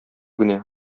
генә